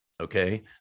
okay